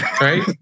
right